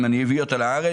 אם אני אביא אותה לכאן,